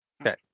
Okay